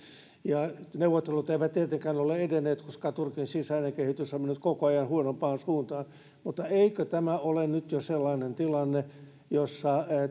ja neuvottelut eivät tietenkään ole edenneet koska turkin sisäinen kehitys on mennyt koko ajan huonompaan suuntaan mutta eikö tämä ole nyt jo sellainen tilanne jossa